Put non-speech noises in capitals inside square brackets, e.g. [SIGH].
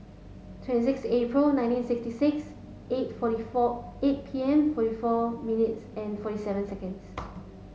twenty six April nineteen sixty six eight forty four eight P M forty four minutes and forty seven seconds [NOISE]